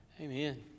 Amen